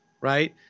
right